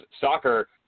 soccer –